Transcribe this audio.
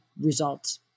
results